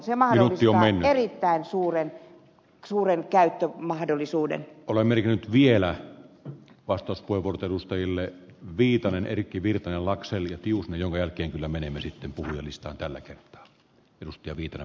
se antaa erittäin suuren osuuden käyttö mahdollisuudet ole merkinnyt vielä vastus kuivunut edustajille viitanen erkki virtanen laxell ketjuun jonka jälkeen kyllä menemme sitten purkista on tällä kertaa yltiö käyttömahdollisuuden